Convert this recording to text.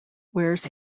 wears